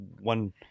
one